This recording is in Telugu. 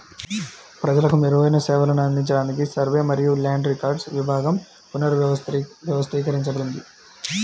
ప్రజలకు మెరుగైన సేవలను అందించడానికి సర్వే మరియు ల్యాండ్ రికార్డ్స్ విభాగం పునర్వ్యవస్థీకరించబడింది